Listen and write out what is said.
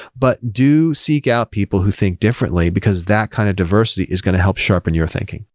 but do seek out people who think differently, because that kind of diversity is going to help sharpen your thinking.